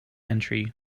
entry